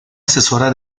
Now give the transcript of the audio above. asesora